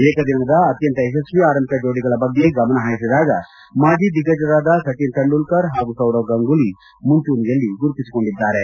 ಏಕದಿನದ ಅತ್ಯಂತ ಯಶಸ್ವಿ ಆರಂಭಿಕ ಜೋಡಿಗಳ ಬಗ್ಗೆ ಗಮನ ಹಾಯಿಸಿದಾಗ ಮಾಜಿ ದಿಗ್ಗಜರಾದ ಸಚಿನ್ ತೆಂಡೂಲ್ಲರ್ ಹಾಗೂ ಸೌರವ್ ಗಂಗೂಲಿ ಮುಂಚೂಣಿಯಲ್ಲಿ ಗುರುತಿಸಿಕೊಂಡಿದ್ದಾರೆ